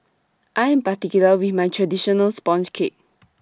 I Am particular with My Traditional Sponge Cake